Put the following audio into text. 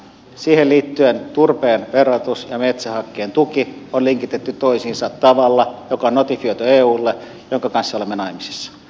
siihen liittyen turpeen verotus ja metsähakkeen tuki on linkitetty toisiinsa tavalla joka on notifioitu eulle minkä kanssa olemme naimisissa